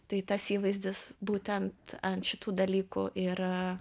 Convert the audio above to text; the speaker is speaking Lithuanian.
tai tas įvaizdis būtent ant šitų dalykų ir